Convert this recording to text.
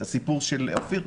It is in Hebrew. את הסיפור של אופיר,